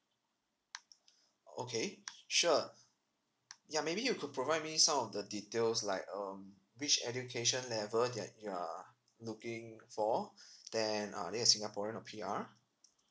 okay sure ya maybe you could provide me some of the details like um which education level that you are looking for then are they a singaporean or P_R